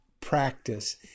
practice